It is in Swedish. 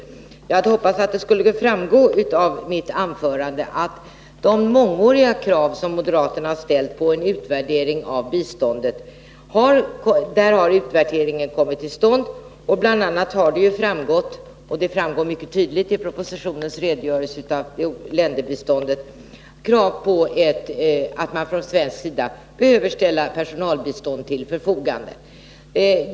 Jag hade hoppats att det av mitt anförande skulle framgå att en utvärdering har kommit till stånd på de punkter där moderaterna i många år krävt en utvärdering av biståndet. Det framgår mycket tydligt av propositionens redogörelse för länderbiståndet att man behöver ställa personalbistånd till förfogande.